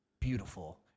Beautiful